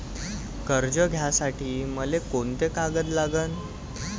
कर्ज घ्यासाठी मले कोंते कागद लागन?